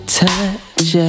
touch